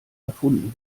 erfunden